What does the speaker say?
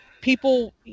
People